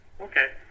Okay